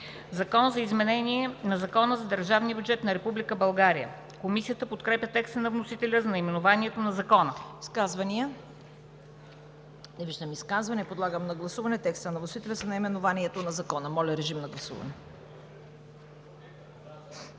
„Закон за изменение на Закона за държавния бюджет на Република България“.“ Комисията подкрепя текста на вносителя за наименованието на Закона.